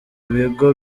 bigo